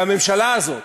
והממשלה הזאת,